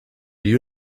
you